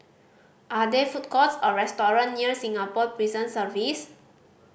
are there food courts or restaurant near Singapore Prison Service